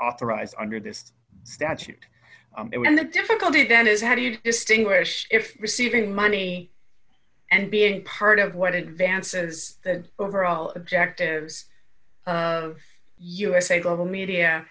authorized under this statute and the difficulty then is how do you distinguish if receiving money and being part of what advances the overall objectives of usa global media